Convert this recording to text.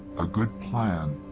a good plan.